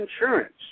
Insurance